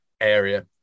area